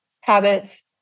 habits